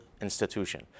institution